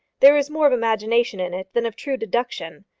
there is more of imagination in it than of true deduction.